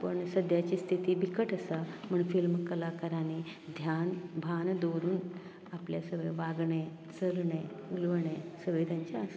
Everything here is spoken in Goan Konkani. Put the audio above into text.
पण सद्द्याची स्थिती बिकट आसा म्हण फिल्म कलाकारांनी ध्यान भान दवरून आपलें सगलें वागणें चलणें उलोवणें सगलें तेचें आसता